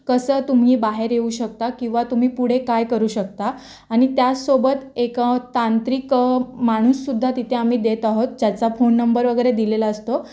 कसं तुम्ही बाहेर येऊ शकता किंवा तुम्ही पुढे काय करू शकता आणि त्यासोबत एक तांत्रिक माणूससुद्धा तिथे आम्ही देत आहोत ज्याचा फोन नंबर वगैरे दिलेला असतो